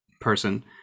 person